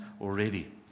already